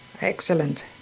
Excellent